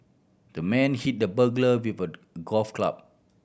the man hit the burglar with the golf club